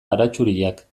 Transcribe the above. baratxuriak